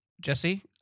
Jesse